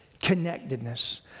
connectedness